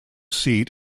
seat